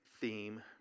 theme